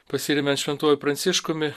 pasiremia šventuoju pranciškumi